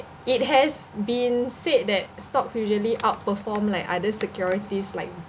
it has been said that stocks usually outperform like other securities like